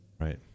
Right